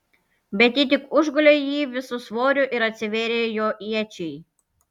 bet ji tik užgulė jį visu svoriu ir atsivėrė jo iečiai